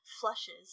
flushes